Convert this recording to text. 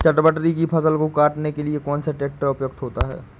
चटवटरी की फसल को काटने के लिए कौन सा ट्रैक्टर उपयुक्त होता है?